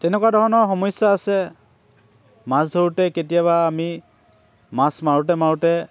তেনেকুৱা ধৰণৰ সমস্যা আছে মাছ ধৰোঁতে কেতিয়াবা আমি মাছ মাৰোঁতে মাৰোঁতে